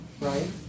right